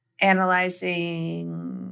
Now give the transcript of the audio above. analyzing